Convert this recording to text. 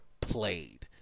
played